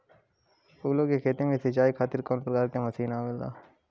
फूलो के खेती में सीचाई खातीर कवन प्रकार के मशीन आवेला?